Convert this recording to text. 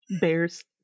bears